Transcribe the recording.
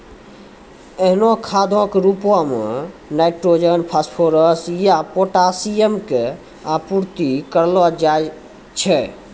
एहनो खादो के रुपो मे नाइट्रोजन, फास्फोरस या पोटाशियम के आपूर्ति करलो जाय छै